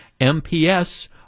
MPS